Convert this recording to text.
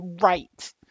right